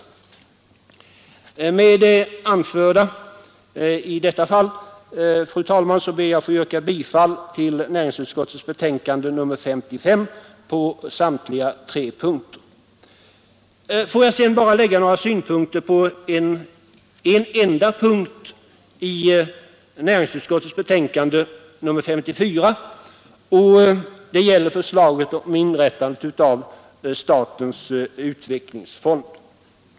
Med det anförda ber jag, fru talman, att få yrka bifall till näringsutskottets hemställan i betänkandet nr 55 på samtliga tre punkter. Får jag sedan bara anlägga några synpunkter på ett enda avsnitt i näringsutskottets betänkande nr 54 — det gäller förslaget om inrättande av statens utvecklingsfond.